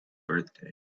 birthday